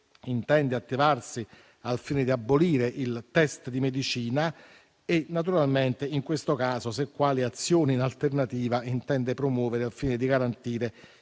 intende attivarsi al fine di abolire il test di medicina. Naturalmente, in questo caso, le chiedo quali azioni in alternativa intende promuovere al fine di garantire